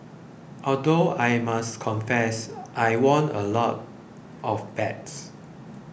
although I must confess I won a lot of bets